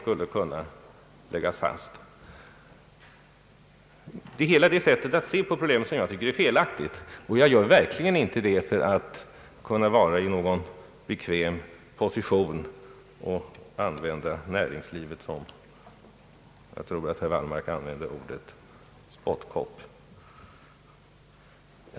Det är detta sätt att se på problemet som jag tycker är felaktigt. Jag gör det verkligen inte för att placera mig i en bekväm position och för att kunna använda näringslivet som — jag tror att herr Wallmark använde det ordet — spottkopp.